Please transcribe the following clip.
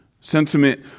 sentiment